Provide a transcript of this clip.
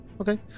okay